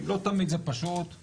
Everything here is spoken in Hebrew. לא תמיד זה פשוט,